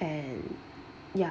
and ya